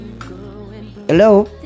Hello